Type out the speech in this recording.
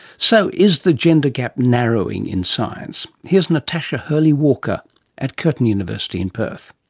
so is the gender gap narrowing in science? here's natasha hurley-walker at curtin university in perth.